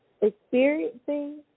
experiencing